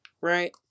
right